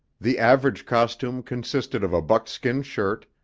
the average costume consisted of a buckskin shirt,